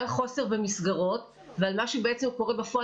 חוסר במסגרות ועל מה שבעצם קורה בפועל,